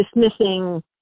dismissing